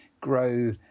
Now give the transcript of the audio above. grow